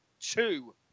two